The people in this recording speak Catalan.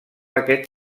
aquest